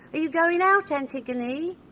you going out, antigone?